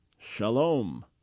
Shalom